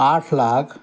आठ लाख